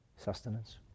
Sustenance